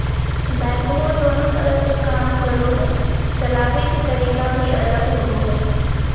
backhoe दोनों तरह से काम करो हइ, चलाबे के तरीका भी अलग होबो हइ